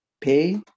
pay